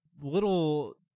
Little